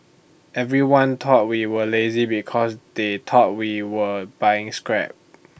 everyone thought we were lazy because they thought we were buying scrap